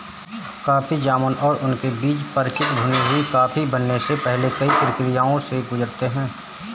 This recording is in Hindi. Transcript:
कॉफी जामुन और उनके बीज परिचित भुनी हुई कॉफी बनने से पहले कई प्रक्रियाओं से गुजरते हैं